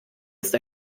ist